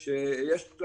שיש לה